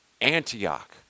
Antioch